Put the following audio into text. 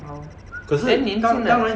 ya lor then 年轻的